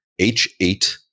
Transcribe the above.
h8